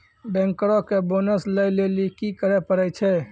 बैंकरो के बोनस लै लेली कि करै पड़ै छै?